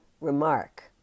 remark